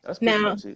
Now